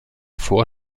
vor